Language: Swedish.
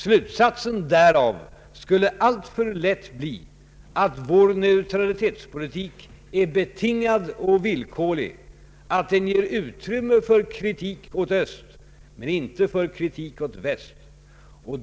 Slutsatsen därav skulle alltför lätt bli att vår neutralitetspolitik är betingad och villkorlig och att den ger utrymme för kritik mot Öst men inte för kritik mot Väst.